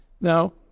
Now